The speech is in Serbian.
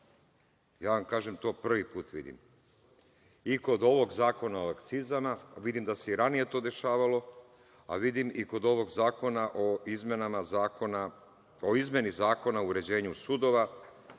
ja vam kažem, to prvi put vidim. I kod ovog Zakona o akcizama vidim da se i ranije to dešavalo, a vidim i kod ovog Zakona o izmeni Zakona o uređenju sudova,